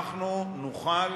אנחנו נוכל